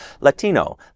Latino